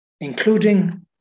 including